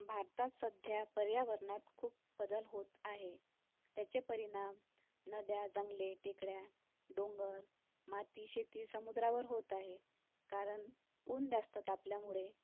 भारतात सध्या पर्यावरणात खूप बदल होत आहे त्याचे परिणाम नद्या जंगले टेकड्या डोंगर माती शेती समुद्रावर होत आहे कारण ऊन जास्त तापल्यामुळे